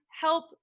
help